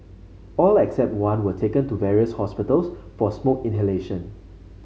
all except one were taken to various hospitals for smoke inhalation